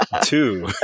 Two